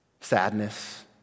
sadness